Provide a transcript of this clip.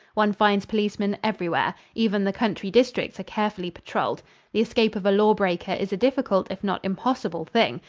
one finds policemen everywhere. even the country districts are carefully patrolled. the escape of a law-breaker is a difficult if not impossible thing.